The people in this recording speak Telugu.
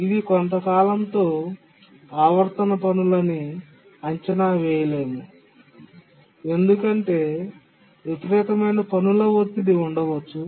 ఇది కొంత కాలంతో ఆవర్తన పనులు అని అంచనా వేయలేము ఎందుకంటే విపరీతమైన పనుల ఒత్తిడి ఉండవచ్చు